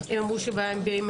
הם אמרו שיש בעיה עם שירותים,